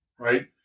Right